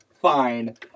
Fine